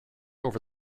over